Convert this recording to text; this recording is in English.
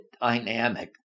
dynamic